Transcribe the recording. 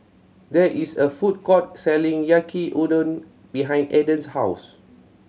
there is a food court selling Yaki Udon behind Adan's house